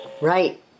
Right